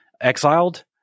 exiled